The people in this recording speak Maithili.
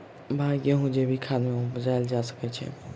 भाई गेंहूँ जैविक खाद सँ उपजाल जा सकै छैय?